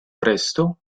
presto